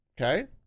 okay